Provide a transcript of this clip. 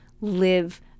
live